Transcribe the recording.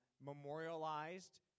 memorialized